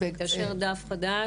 לגבי "דף חדש",